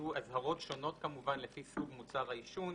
יהיו אזהרות שונות לפי סוג מוצר העישון.